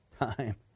time